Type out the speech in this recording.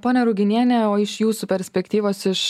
ponia ruginiene o iš jūsų perspektyvos iš